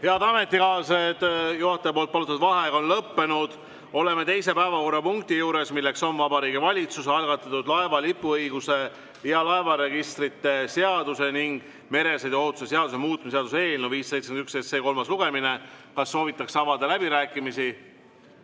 Head ametikaaslased! Juhataja palutud vaheaeg on lõppenud. Oleme teise päevakorrapunkti juures. See on Vabariigi Valitsuse algatatud laeva lipuõiguse ja laevaregistrite seaduse ning meresõiduohutuse seaduse muutmise seaduse eelnõu 571 kolmas lugemine. Kas soovitakse avada läbirääkimisi?